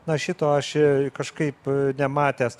na šito aš kažkaip nematęs